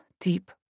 deep